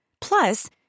Plus